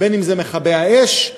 אם מכבי האש,